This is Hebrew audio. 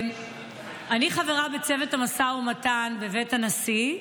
אני חברה בצוות המשא ומתן בבית הנשיא,